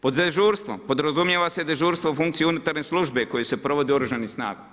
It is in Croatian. Pod dežurstvom podrazumijeva se dežurstvo u funkciji unutarnje službe koja se provodi u Oružanim snagama.